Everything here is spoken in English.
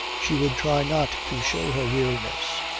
she would try not to show her weariness,